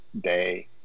day